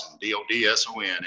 D-O-D-S-O-N